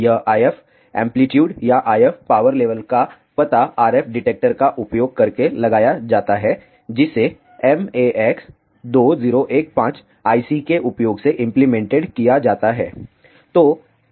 यह IF amplitude या IF power level का पता RF डिटेक्टर का उपयोग करके लगाया जाता है जिसे MAX2015 IC के उपयोग से इंप्लीमेंटेड किया जाता है